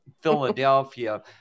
Philadelphia